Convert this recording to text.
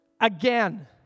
again